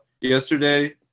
yesterday